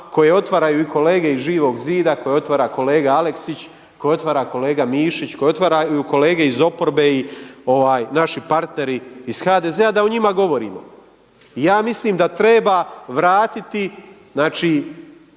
koje otvaraju i kolege iz Živog zida, koje otvara i kolega Aleksić, koje otvara kolega Mišić, koje otvaraju kolege iz oporbe i naši partneri iz HDZ-a da o njima govorimo. I ja mislim da treba vratiti znači